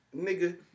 nigga